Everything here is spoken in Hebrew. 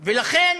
ולכן,